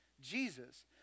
Jesus